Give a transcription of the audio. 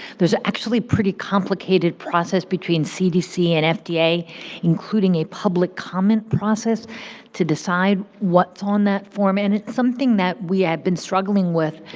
there's actually pretty complicated process between cdc and fda, including a public comment process to decide what's on that form, and it's something that we have been struggling with,